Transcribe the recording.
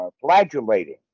flagellating